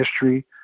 history